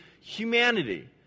humanity